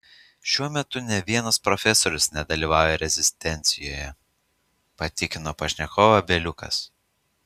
šiuo metu nė vienas profesorius nedalyvauja rezistencijoje patikino pašnekovą bieliukas